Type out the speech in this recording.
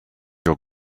your